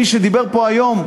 מי שדיבר פה היום,